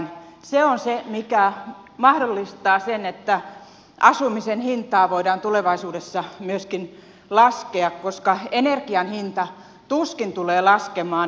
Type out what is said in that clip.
se on se mikä mahdollistaa sen että asumisen hintaa voidaan tulevaisuudessa myöskin laskea koska energian hinta tuskin tulee laskemaan